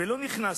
ולא נכנסנו.